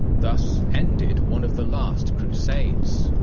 thus ended one of the last crusades.